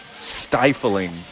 stifling